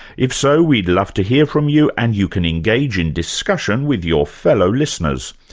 if so, we'd love to hear from you and you can engage in discussion with your fellow listeners.